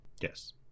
Yes